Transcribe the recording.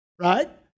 right